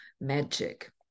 magic